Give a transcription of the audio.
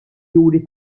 juri